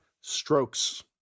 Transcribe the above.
strokes